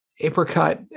Apricot